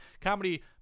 comedy